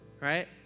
right